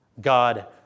God